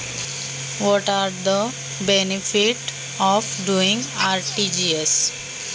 RTGS करण्याचा फायदा काय होतो?